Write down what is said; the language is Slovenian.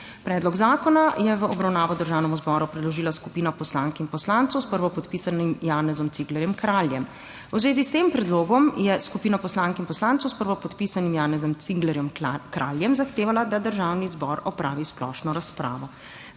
Predlog zakona je v obravnavo Državnemu zboru predložila skupina poslank in poslancev s prvopodpisanim Janezom Ciglerjem Kraljem. V zvezi s tem predlogom zakona je skupina poslank in poslancev s prvopodpisanim Janezom Ciglerjem Kraljem zahtevala, da Državni zbor opravi splošno razpravo.